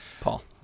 Paul